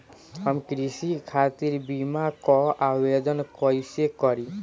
हम कृषि खातिर बीमा क आवेदन कइसे करि?